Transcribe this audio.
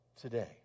today